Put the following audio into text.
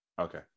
Okay